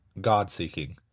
God-seeking